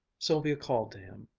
sylvia called to him,